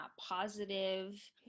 positive